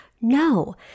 No